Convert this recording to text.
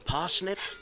Parsnip